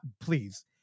please